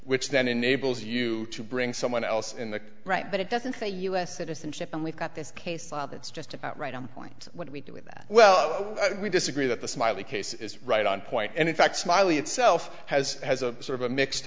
which then enables you to bring someone else in the right but it doesn't say u s citizenship and we've got this case that's just about right on point what we do with that well we disagree that the smiley case is right on point and in fact smiley itself has has a sort of a mixed